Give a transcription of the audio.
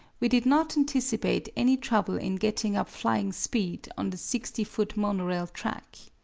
we did not anticipate any trouble in getting up flying speed on the sixty foot monorail track.